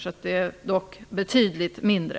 Så det är fråga om betydligt mindre.